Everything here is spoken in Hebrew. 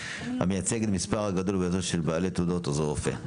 המייצג את המספר הגדול ביותר של בעלי תעודות עוזר רופא.